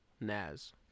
Naz